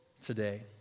today